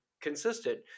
consistent